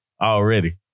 already